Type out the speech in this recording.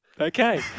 okay